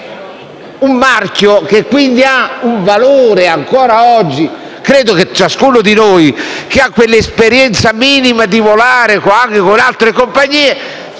un marchio che, quindi, ha un valore ancora oggi. Ciascuno di noi che ha un'esperienza minima di volo anche con altre compagnie,